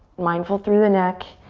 mindful through the neck.